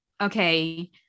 okay